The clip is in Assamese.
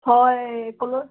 হয় ক'লৈ